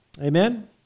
Amen